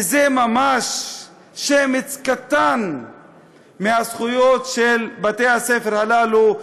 וזה ממש שמץ מהזכויות של בתי-הספר הללו,